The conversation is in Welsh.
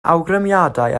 awgrymiadau